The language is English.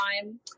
time